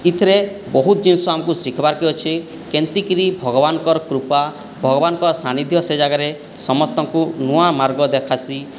ଏଥିରେ ବହୁତ ଜିନିଷ ଆମକୁ ଶିଖିବାକୁ ଅଛି କେମିତିକରି ଭଗବାନଙ୍କର କୃପା ଭଗବାନଙ୍କ ସାନ୍ନିଧ୍ୟ ସେ ଜାଗାରେ ସମସ୍ତଙ୍କୁ ନୂଆ ମାର୍ଗ ଦେଖାସି